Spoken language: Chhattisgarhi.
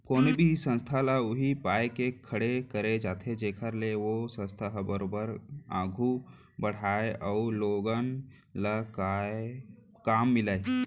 कोनो भी संस्था ल उही पाय के खड़े करे जाथे जेखर ले ओ संस्था ह बरोबर आघू बड़हय अउ लोगन ल काम मिलय